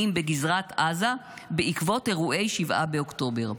בגזרת עזה בעקבות אירועי 7 באוקטובר".